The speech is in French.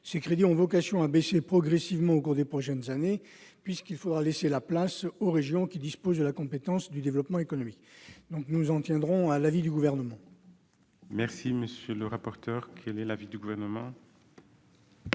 ces crédits ont vocation à baisser progressivement au cours des prochaines années, puisqu'il faudra laisser la place aux régions qui disposent de la compétence de développement économique. C'est pourquoi la commission demande l'avis du Gouvernement